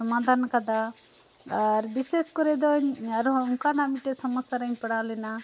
ᱥᱚᱢᱟᱫᱷᱟᱱ ᱟᱠᱟᱫᱟ ᱟᱨ ᱵᱤᱥᱮᱥ ᱠᱚᱨᱮ ᱫᱚᱧ ᱟᱨᱦᱚᱸ ᱚᱱᱠᱟᱱᱟᱜ ᱢᱤᱫᱴᱮᱡ ᱥᱳᱢᱚᱥᱟ ᱨᱤᱧ ᱯᱟᱲᱟᱣ ᱞᱮᱱᱟ